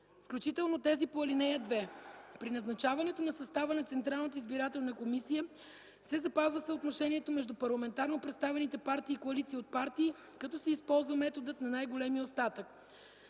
включително тези по ал. 2. При назначаването на състава на Централната избирателна комисия се запазва съотношението между парламентарно представените партии и коалиции от партии, като се използва методът на най-големия остатък.